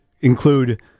include